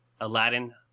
Aladdin